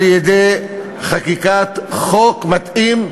על-ידי חקיקת חוק מתאים,